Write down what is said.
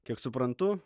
kiek suprantu